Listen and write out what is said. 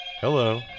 Hello